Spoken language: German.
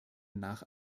nach